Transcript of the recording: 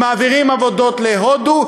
הם מעבירים עבודות להודו,